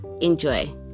enjoy